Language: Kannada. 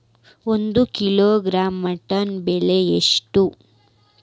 ಒಂದು ಕಿಲೋಗ್ರಾಂ ಮಟನ್ ಬೆಲೆ ಎಷ್ಟ್?